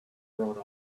wrote